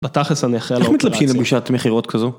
בתכלס אני אחראי איך מתלבשים לפגישת מכירות כזו.